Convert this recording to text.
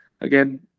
Again